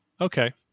okay